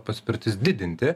paspirtis didinti